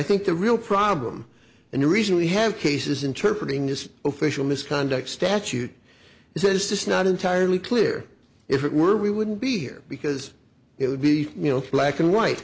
think the real problem and the reason we have cases interpreted in this official misconduct statute is it's just not entirely clear if it were we wouldn't be here because it would be you know black and white